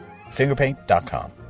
Fingerpaint.com